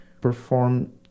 perform